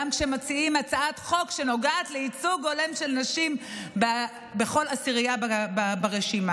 גם כשמציעים הצעת חוק שנוגעת לייצוג הולם של נשים בכל עשירייה ברשימה.